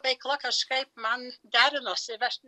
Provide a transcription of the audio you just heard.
veikla kažkaip man derinosi ir aš